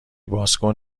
بازکن